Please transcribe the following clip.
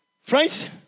Friends